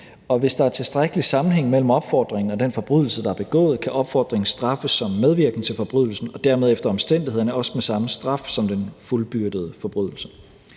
Og hvis der er tilstrækkelig sammenhæng mellem opfordringen og den forbrydelse, der er begået, kan opfordringen straffes som medvirken til forbrydelsen og dermed efter omstændighederne også medføre samme straf som den fuldbyrdede forbrydelse.